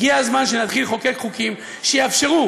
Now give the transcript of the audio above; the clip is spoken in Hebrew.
הגיע הזמן שנתחיל לחוקק חוקים שיאפשרו